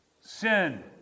Sin